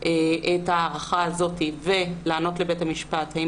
את ההערכה הזאת ולענות לבית המשפט האם